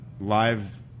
live